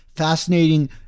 Fascinating